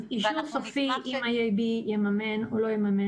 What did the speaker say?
אישור סופי אם ה-EIB יממן או לא יממן